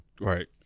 right